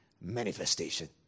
manifestation